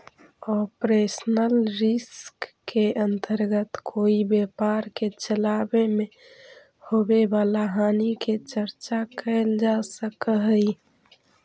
operational risk के अंतर्गत कोई व्यापार के चलावे में होवे वाला हानि के चर्चा कैल जा सकऽ हई